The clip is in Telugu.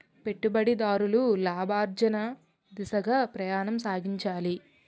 పెట్టుబడిదారులు లాభార్జన దిశగా ప్రయాణం సాగించాలి